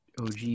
OG